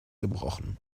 gebrochen